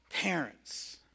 Parents